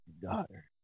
Daughter